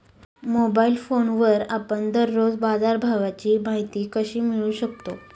Mobile फोनवर आपण दररोज बाजारभावाची माहिती कशी मिळवू शकतो?